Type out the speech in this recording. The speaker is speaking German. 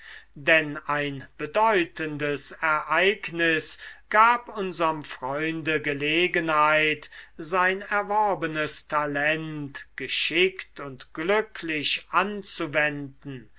denn ein bedeutendes ereignis gab unserm freunde gelegenheit sein erworbenes talent geschickt und glücklich anzuwenden